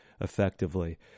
effectively